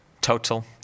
total